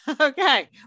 okay